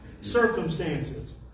circumstances